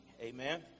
Amen